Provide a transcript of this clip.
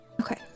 Okay